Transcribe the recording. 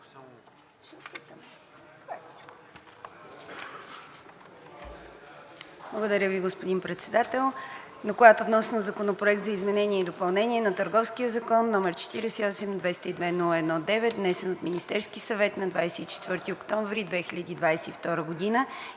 Благодаря Ви, господин Председател.